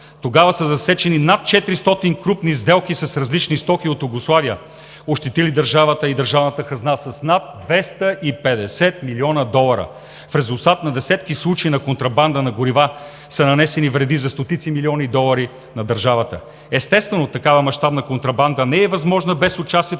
Тогава са засечени над 400 крупни сделки с различни стоки от Югославия, ощетили държавата и държавната хазна с над 250 милиона долара. В резултат на десетки случаи на контрабанда на горива са нанесени вреди за стотици милиони долари на държавата. Естествено, такава мащабна контрабанда не е възможна без участието